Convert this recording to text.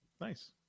Nice